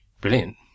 Brilliant